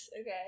Okay